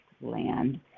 land